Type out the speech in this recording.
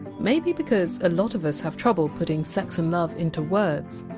maybe because a lot of us have trouble putting sex and love into words?